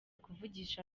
kuvugisha